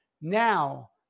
Now